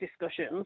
discussions